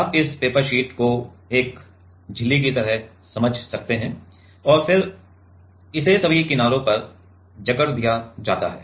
आप इस paper sheet को एक झिल्ली की तरह समझ सकते हैं और फिर इसे सभी किनारों पर जकड़ दिया जाता है